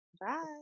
bye